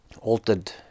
altered